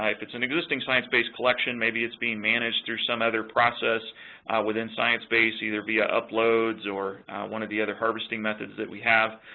if it's an existing sciencebase collection, maybe it's being managed through some other process within sciencebase, either via uploads or one of the other harvesting methods that we have,